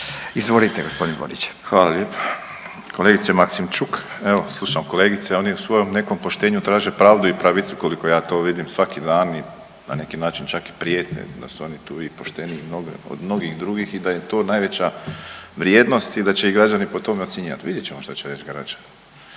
**Borić, Josip (HDZ)** Hvala lijepo. Kolegice Maksimčuk evo slušam kolegice oni u svojem nekom poštenju traže pravdu i pravicu koliko ja to vidim svaki dan i na neki način čak i prijete da su oni tu i pošteniji od mnogih drugih i da im je to najveća vrijednost i da će ih građani po tome ocjenjivati. Vidjet ćemo što će reći građani.